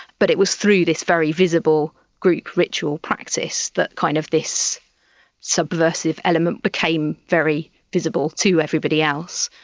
but it was through this very visible group ritual practice that kind of this subversive element became very visible to everybody else.